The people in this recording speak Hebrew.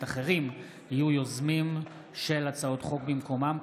אחרים יהיו יוזמים של הצעות חוק במקומם,